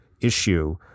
issue